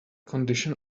condition